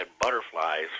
butterflies